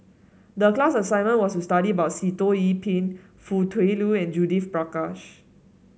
the class assignment was to study about Sitoh Yih Pin Foo Tui Liew and Judith Prakash